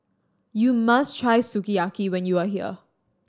you must try Sukiyaki when you are here